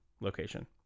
location